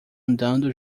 andando